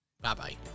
Bye-bye